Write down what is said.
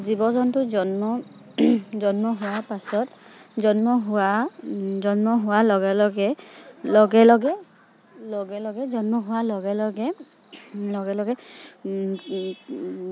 জীৱ জন্তুৰ জন্ম জন্ম হোৱাৰ পাছত জন্ম হোৱাৰ লগে লগে জন্ম হোৱাৰ লগে লগে